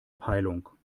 peilung